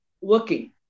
working